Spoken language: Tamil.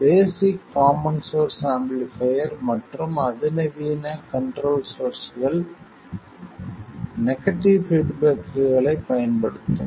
பேஸிக் காமன் சோர்ஸ் ஆம்பிளிஃபைர் மற்றும் அதிநவீன கண்ட்ரோல் சோர்ஸ்கள் நெகட்டிவ் பீட்பேக்களைப் பயன்படுத்தும்